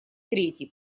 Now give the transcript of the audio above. третий